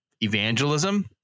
evangelism